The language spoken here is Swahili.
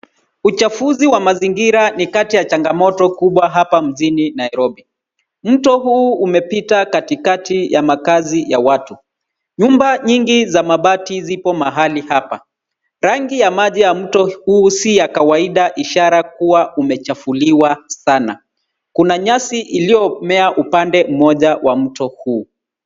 Uchafuzi wa mazingira ni kati ya changamoto kubwa hapa mjini Nairobi. Mto huu umepita katikati ya makazi ya watu. Nyumba nyingi za mabati ziko mahali hapa. Rangi ya maji ya mto huu si ya kawaida ishara kuwa umechafuliwa sana. Kuna nyasi iliyomea upande mmoja wa mto huu.